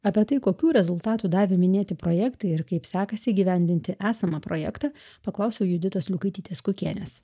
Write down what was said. apie tai kokių rezultatų davė minėti projektai ir kaip sekasi įgyvendinti esamą projektą paklausiau juditos liukaitytės kukienės